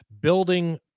Building